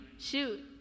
Shoot